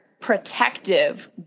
protective